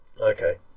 okay